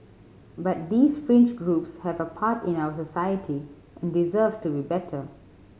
but these fringe groups have a part in our society and deserve to be better